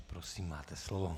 Prosím, máte slovo.